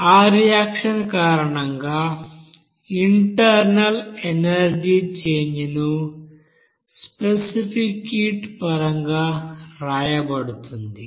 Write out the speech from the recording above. ఆ రియాక్షన్ కారణంగా internal energy change ను స్పెసిఫిక్ హీట్ పరంగా వ్రాయబడుతుంది